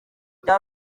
bya